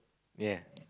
ya